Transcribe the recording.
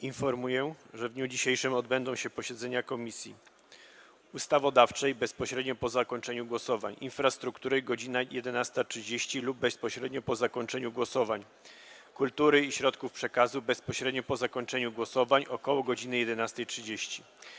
Informuję, że w dniu dzisiejszym odbędą się posiedzenia Komisji: - Ustawodawczej - bezpośrednio po zakończeniu głosowań, - Infrastruktury - godz. 11.30 lub bezpośrednio po zakończeniu głosowań, - Kultury i Środków Przekazu - bezpośrednio po zakończeniu głosowań, ok. godz. 11.30,